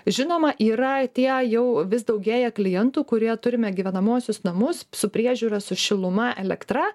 žinoma yra tie jau vis daugėja klientų kurie turime gyvenamuosius namus su priežiūra su šiluma elektra